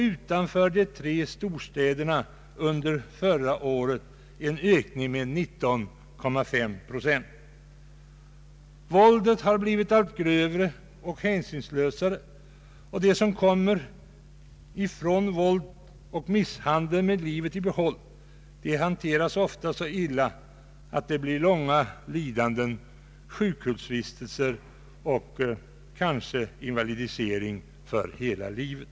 Utanför de tre storstäderna ökade an Våldet har blivit allt grövre och hänsynslösare, och de människor som kommer ifrån våld och misshandel med livet i behåll har ofta blivit så illa åtgångna att följden blir långa lidanden, sjukhusvistelser och kanske invalidisering för hela livet.